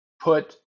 put